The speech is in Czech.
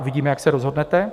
Uvidíme, jak se rozhodnete.